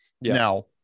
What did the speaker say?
now